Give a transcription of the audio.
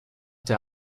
der